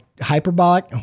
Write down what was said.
hyperbolic